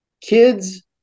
kids